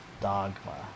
Dogma